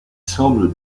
semble